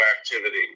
activity